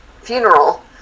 funeral